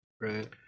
Right